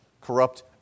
corrupt